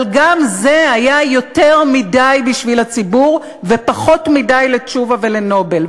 אבל גם זה היה יותר מדי בשביל הציבור ופחות מדי לתשובה ול"נובל".